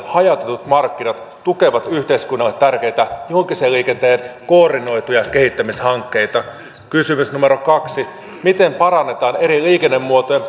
hajautetut markkinat tukevat yhteiskunnalle tärkeitä julkisen liikenteen koordinoituja kehittämishankkeita kysymys numero kaksi miten parannetaan eri liikennemuotojen